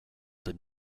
did